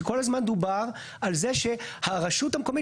שכל הזמן דובר על זה שהרשות המקומית